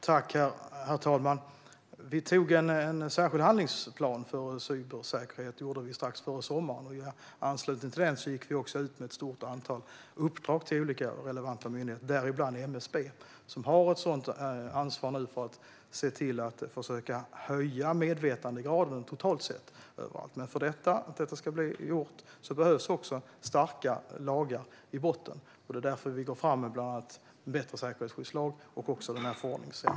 Herr talman! Vi antog en särskild handlingsplan för cybersäkerhet. Det gjorde vi strax före sommaren. I anslutning till det gick vi också ut med ett stort antal uppdrag till relevanta myndigheter, däribland MSB, som nu har ett ansvar för att försöka höja medvetandegraden totalt sett överallt. Men för att detta ska bli gjort behövs det också starka lagar i botten. Det är därför vi går fram med förslag om bland annat en bättre säkerhetsskyddslag och den här förordningsändringen.